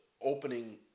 opening